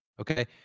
Okay